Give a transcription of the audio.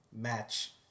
match